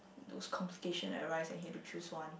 those complication that arise and you had to choose one